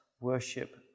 worship